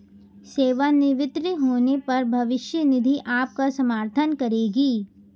सेवानिवृत्त होने पर भविष्य निधि आपका समर्थन करेगी